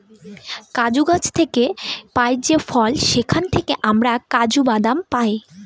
কাজু গাছ থেকে পাই যে ফল সেখান থেকে আমরা কাজু বাদাম পাই